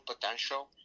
potential